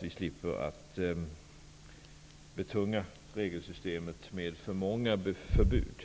Vi slipper då att betunga regelsystemet med för många förbud.